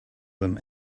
them